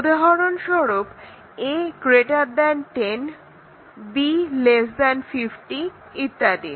উদাহরণস্বরূপ a 10 b 50 ইত্যাদি